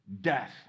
death